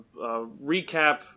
recap